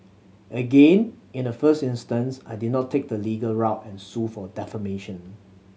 again in the first instance I did not take the legal route and sue for defamation